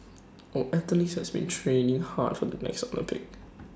our athletes have been training hard for the next Olympics